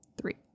Three